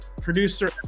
Producer